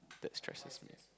that stresses me